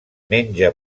menja